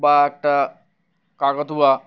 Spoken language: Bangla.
বা একটা কাকাতুয়া